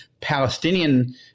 Palestinian